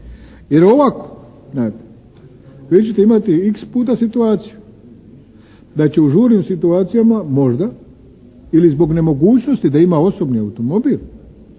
Jer ovako znate, vi ćete imati X puta situaciju da će u žurnim situacijama možda ili zbog nemogućnosti da ima osobni automobil